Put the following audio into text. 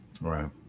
Right